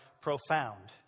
profound